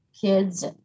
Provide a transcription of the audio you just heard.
kids